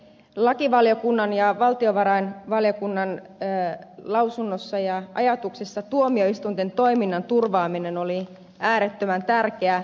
lakivaliokunnan ja valtiovarainvaliokunnan lausunnoissa ja ajatuksissa tuomioistuinten toiminnan turvaaminen oli äärettömän tärkeää